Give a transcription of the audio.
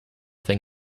thing